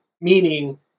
Meaning